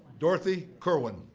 dorothy kerwin.